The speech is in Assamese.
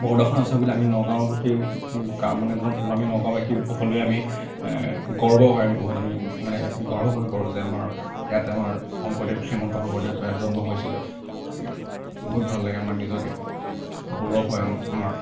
বৰদোৱাখন আছে বুলি আমি নগাঁৱৰ গোটেই মানে আমি নগাঁওবাসী সকলোৱে আমি গৰ্ব হয় আমি বহুত আমি মানে গৰ্ব কৰিব পাৰোঁ যে আমাৰ ইয়াত আমাৰ শংকৰদেৱ শ্ৰীমন্ত শংকৰদেৱ জন্ম হৈছিলে গতিকে বহুত ভাল লাগে আমাৰ নিজকে গৌৰৱ হয় আ আমাৰ